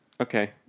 Okay